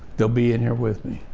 they'll be in here with me.